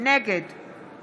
נגד